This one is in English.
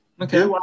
Okay